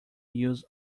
use